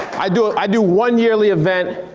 i do ah i do one yearly event.